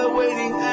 waiting